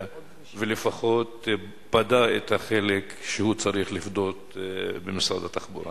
ולפחות פדה את החלק שהוא צריך לפדות במשרד התחבורה.